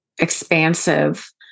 expansive